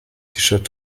shirt